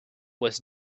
was